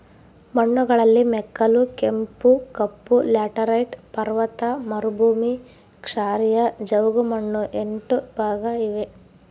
ಮಣ್ಣುಗಳಲ್ಲಿ ಮೆಕ್ಕಲು, ಕಪ್ಪು, ಕೆಂಪು, ಲ್ಯಾಟರೈಟ್, ಪರ್ವತ ಮರುಭೂಮಿ, ಕ್ಷಾರೀಯ, ಜವುಗುಮಣ್ಣು ಎಂಟು ಭಾಗ ಇವೆ